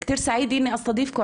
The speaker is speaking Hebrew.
אני כבר פגשתי אותו.